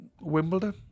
Wimbledon